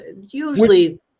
usually-